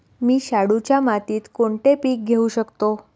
मी शाडूच्या मातीत कोणते पीक घेवू शकतो?